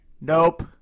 nope